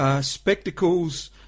spectacles